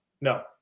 No